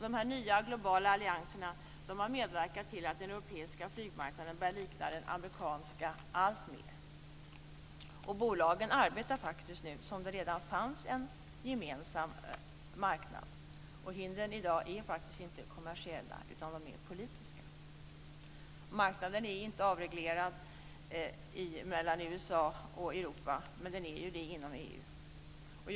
De nya globala allianserna har medverkat till att den europeiska flygmarknaden alltmer börjar likna den amerikanska. Bolagen arbetar nu faktiskt som om det redan finns en gemensam marknad. I dag är hindren faktiskt inte kommersiella, utan de är politiska. Marknaden är inte avreglerad mellan USA och Europa, men den är det inom EU.